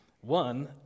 One